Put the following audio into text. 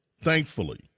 thankfully